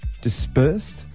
dispersed